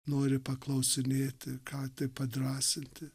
nori paklausinėti ką tik padrąsinti